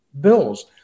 bills